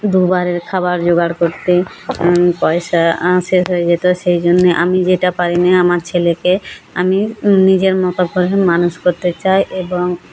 দুবারের খাবার জোগাড় করতে পয়সা শেষ হয়ে যেতো সেই জন্যে আমি যেটা পারি নি আমার ছেলেকে আমি নিজের মতো করে মানুষ করতে চাই এবং